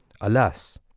Alas